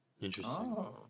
interesting